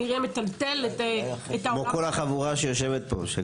כמו כל החבורה שיושבת פה.